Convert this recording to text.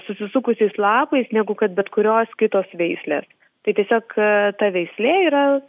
susisukusiais lapais negu kad bet kurios kitos veislės tai tiesiog ta veislė yra